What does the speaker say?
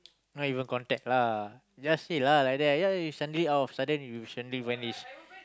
not even contact lah just say lah like that ya you suddenly out of sudden you recently enlist